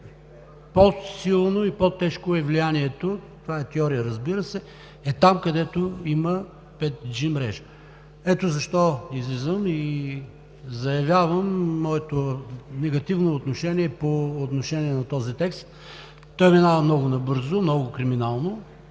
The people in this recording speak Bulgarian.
по-силно и по-тежко е влиянието – това е теория, разбира се, там, където има 5G мрежа. Ето защо излизам и заявявам моето негативно отношение по този текст, та минава много набързо, много криминално.